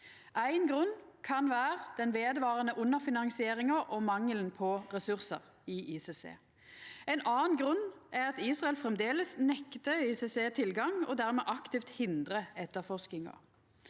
Ein grunn kan vera den vedvarande underfinansieringa og mangelen på ressursar i ICC. Ein annan grunn er at Israel framleis nektar ICC tilgang og dermed aktivt hindrar etterforskinga.